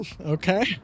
Okay